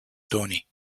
tony